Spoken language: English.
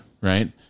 right